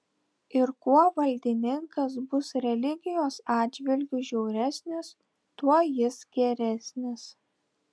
ir kuo valdininkas bus religijos atžvilgiu žiauresnis tuo jis geresnis